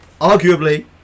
arguably